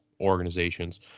organizations